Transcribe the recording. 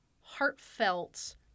heartfelt